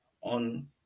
on